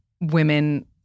women